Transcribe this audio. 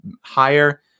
higher